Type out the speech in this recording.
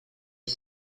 was